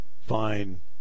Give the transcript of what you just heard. fine